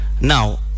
Now